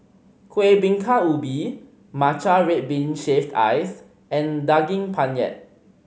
Kuih Bingka Ubi matcha red bean shaved ice and Daging Penyet